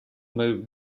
moved